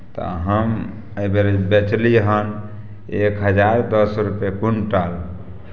तऽ हम एहि बेर बेचली हन एक हजार दस रुपैए कुण्टल